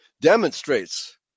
demonstrates